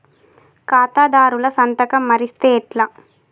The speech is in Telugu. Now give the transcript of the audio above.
ఖాతాదారుల సంతకం మరిస్తే ఎట్లా?